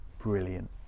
Brilliant